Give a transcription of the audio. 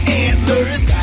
antlers